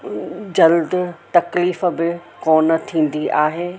जल्द तकलीफ़ बि कोन थींदी आहे